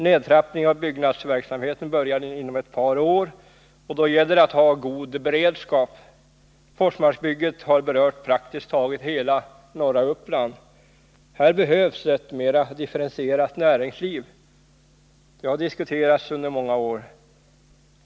Nedtrappningen av byggnadsverksamheten börjar inom ett par år, och då gäller det att ha god beredskap. Forsmarkbygget har berört praktiskt taget hela norra Uppland. Här behövs ett mera differentierat näringsliv. Det har diskuterats under många år.